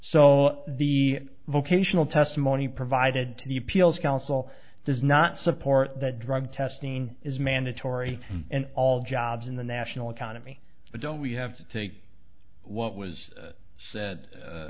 so the vocational testimony provided to the appeals council does not support the drug testing is mandatory and all jobs in the national economy but don't we have to take what was said